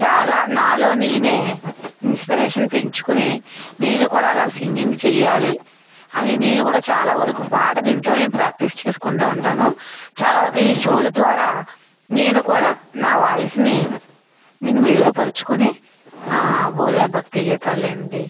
చాలా నాలో నేనే ఇన్స్పిరేషన్ పెంచుకొని నేను కూడా అలా సింగింగ్ చేయాలి అని నేను కూడా చాలా వరకు పాటను ఇంట్లోనే ప్రాక్టీస్ చేసుకుంటు ఉంటాను చాలా వరకు ఈ షోలు ద్వారా నేను కూడా నా వాయిస్ని నేను మెరుగుపరుచుకొని బోల్డన్ని భక్తి గీతాలు ఏంటి